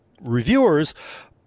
reviewers